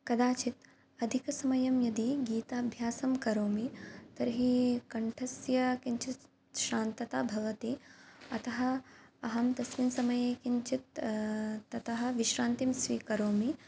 कदाचित् अधिकसमयं यदि गीताभ्यासं करोमि तर्हि कण्ठस्य किञ्चित् श्रान्तता भवति अतः अहं तस्मिन् समये किञ्चित् ततः विश्रान्तिं स्वीकरोमि